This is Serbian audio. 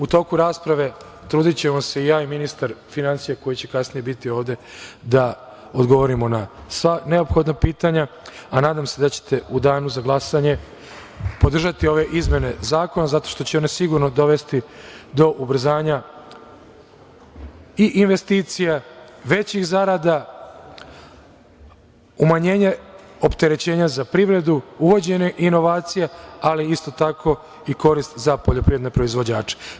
U toku rasprave ćemo se truditi i ja i ministar finansija koji će kasnije biti ovde, da odgovorimo na sva neophodna pitanja, a nadam se da će te u danu za glasanje podržati ove izmene zakona zato što će one sigurno dovesti do ubrzanja i investicija, većih zarada, umanjenja opterećenja za privredu, uvođenje inovacija, ali isto tako i korist za poljoprivredne proizvođače.